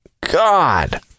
God